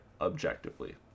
objectively